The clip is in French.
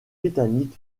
britannique